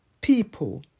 people